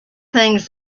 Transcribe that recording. things